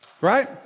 Right